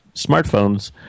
smartphones